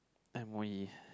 and we